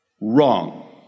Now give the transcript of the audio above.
wrong